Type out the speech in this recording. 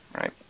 right